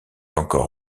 encore